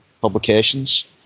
Publications